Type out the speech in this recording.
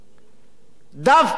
דווקא כאשר